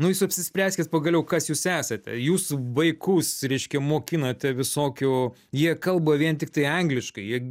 nu jūs apsispręskit pagaliau kas jūs esate jūs vaikus reiškia mokinate visokių jie kalba vien tiktai angliškai jie